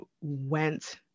went